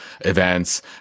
events